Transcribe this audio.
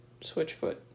Switchfoot